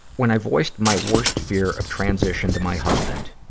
when i voiced my worst fear of transition to my husband,